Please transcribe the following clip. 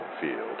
Field